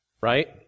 right